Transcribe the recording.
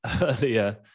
earlier